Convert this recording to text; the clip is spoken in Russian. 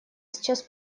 сейчас